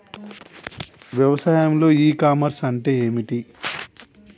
వ్యవసాయంలో e commerce అంటే ఏమిటి?